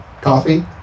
Coffee